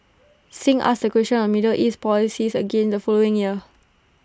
Singh asked A question on middle east policies again the following year